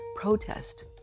protest